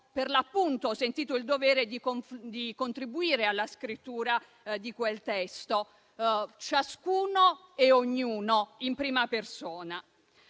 abbiano sentito il dovere di contribuire alla scrittura di quel testo, ciascuno e ognuno in prima persona.